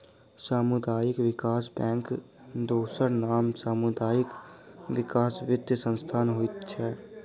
सामुदायिक विकास बैंकक दोसर नाम सामुदायिक विकास वित्तीय संस्थान होइत छै